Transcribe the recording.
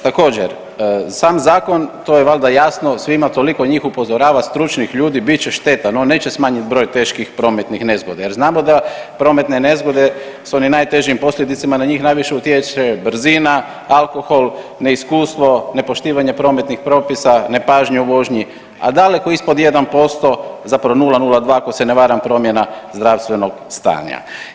Također, sam zakon to je valjda jasno svima toliko njih upozorava stručnih ljudi bit će štetan, on neće smanjiti broj teških prometnih nezgoda jer znamo da prometne nezgode s onim najtežim posljedicama, na njih najviše utječe brzina, alkohol neiskustvo, nepoštivanje prometnih propisa, nepažnja u vožnji, a daleko ispod 1% zapravo 0,002 ako se ne varam promjena zdravstvenog stanja.